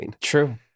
True